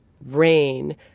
rain